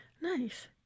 Nice